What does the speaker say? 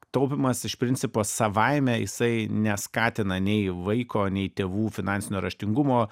taupymas iš principo savaime jisai neskatina nei vaiko nei tėvų finansinio raštingumo